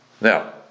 Now